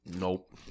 Nope